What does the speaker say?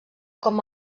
com